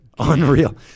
unreal